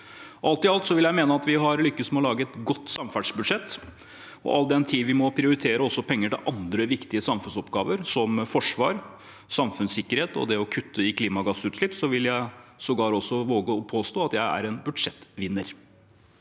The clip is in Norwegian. Alt i alt vil jeg mene at vi har lykkes med å lage et godt samferdselsbudsjett. All den tid vi må prioritere penger også til andre viktige samfunnsoppgaver, som forsvar, samfunnssikkerhet og å kutte i klimagassutslipp, vil jeg sågar også våge å påstå at jeg er en budsjettvinner.